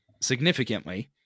significantly